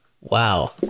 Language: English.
Wow